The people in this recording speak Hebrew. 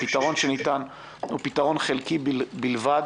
הפתרון שניתן הוא פתרון חלקי בלבד.